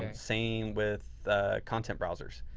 and same with content browsers.